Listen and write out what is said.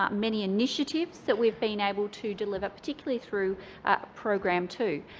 many initiatives that we've been able to deliver, particularly through program two.